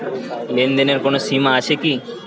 লেনদেনের কোনো সীমা আছে কি?